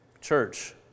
Church